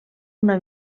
una